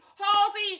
halsey